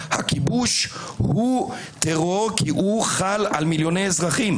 הוא טרור כי הוא חל על מיליוני אזרחים,